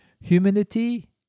humanity